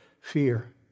fear